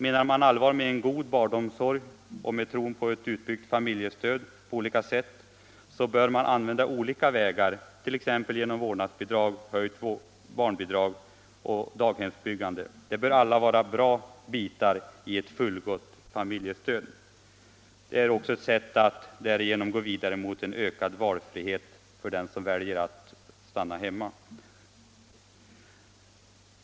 Menar man allvar med en god barnomsorg och med tron på ett utbyggt barnfamiljstöd på olika sätt bör man använda olika vägar, t.ex. vårdnadsbidrag, höjt barnbidrag och daghemsbyggande. De bör alla vara bra bitar i ett fullgott familjestöd. Därigenom kan man också gå vidare mot en ökad valfrihet för den som väljer att stanna hemma.